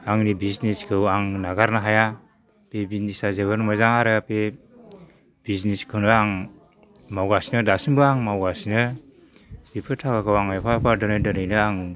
आंनि बिजिनेसखौ आं नागारनो हाया बे बिजिनेसआ जोबोर मोजां आरो बे बिजिनेसखौनो आं मावगासिनो दासिमबो आं मावगासिनो बेफोर थाखाखौ आङो एफा एफा दोनै दोनैनो आं